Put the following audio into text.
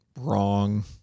wrong